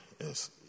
Yes